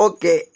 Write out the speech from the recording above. Okay